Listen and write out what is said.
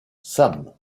sam